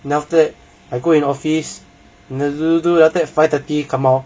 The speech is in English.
then after that I go in office then do do do then after that five thirty come out